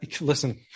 listen